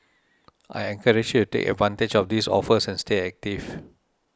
I encourage you to take advantage of these offers and stay active